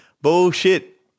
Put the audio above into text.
Bullshit